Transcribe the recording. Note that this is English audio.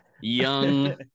young